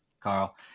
Carl